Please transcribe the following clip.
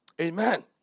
Amen